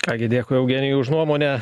ką gi dėkui eugenijau už nuomonę